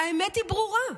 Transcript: והאמת היא ברורה,